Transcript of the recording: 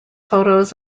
photos